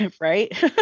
right